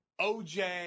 OJ